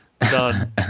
done